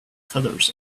feathers